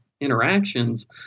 interactions